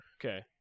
okay